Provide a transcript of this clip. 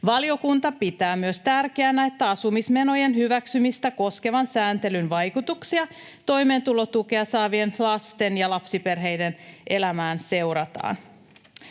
Valiokunta pitää myös tärkeänä, että asumismenojen hyväksymistä koskevan sääntelyn vaikutuksia toimeentulotukea saavien lasten ja lapsiperheiden elämään seurataan.